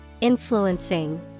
influencing